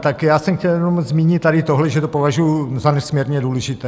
Tak já jsem chtěl jenom zmínit tady tohle, že to považuji za nesmírně důležité.